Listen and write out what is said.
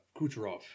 Kucherov